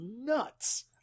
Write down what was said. nuts